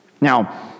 Now